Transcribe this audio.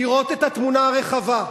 לראות את התמונה הרחבה,